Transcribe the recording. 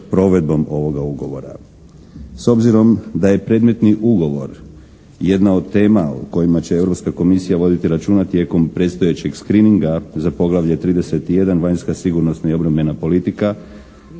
provedbom ovoga ugovora. S obzirom da je predmetni ugovor jedna od tema o kojima će Europska komisija voditi računa tijekom predstojećeg «screeninga» za poglavlje 31. «Vanjska sigurnosna i obrambena politika»